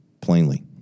plainly